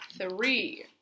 three